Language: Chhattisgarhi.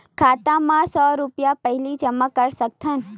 खाता मा सौ रुपिया पहिली जमा कर सकथन?